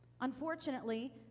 Unfortunately